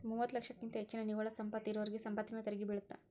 ಮೂವತ್ತ ಲಕ್ಷಕ್ಕಿಂತ ಹೆಚ್ಚಿನ ನಿವ್ವಳ ಸಂಪತ್ತ ಇರೋರಿಗಿ ಸಂಪತ್ತಿನ ತೆರಿಗಿ ಬೇಳತ್ತ